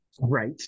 right